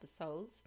episodes